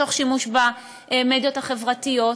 תוך שימוש במדיות החברתיות.